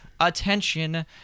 attention